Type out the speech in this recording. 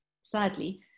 Sadly